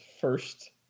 first